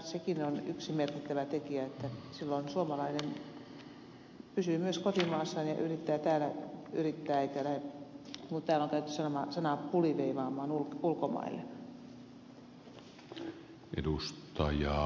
sekin on yksi merkittävä tekijä että silloin suomalainen pysyy myös kotimaassaan ja yrittää täällä yrittää eikä lähde puliveivaamaan täällä on käytetty tätä sanaa ulkomaille